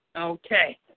Okay